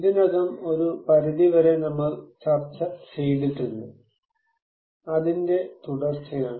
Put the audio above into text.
ഇതിനകം ഒരു പരിധിവരെ നമ്മൾ ചർച്ചചെയ്തിട്ടുണ്ട് അതിൻറെ തുടർച്ചയാണ്